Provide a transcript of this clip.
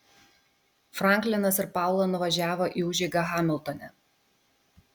franklinas ir paula nuvažiavo į užeigą hamiltone